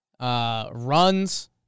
runs